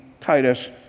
Titus